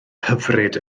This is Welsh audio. hyfryd